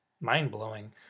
mind-blowing